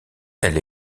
elle